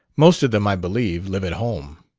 most of them, i believe, live at home.